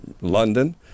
London